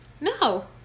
No